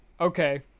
Okay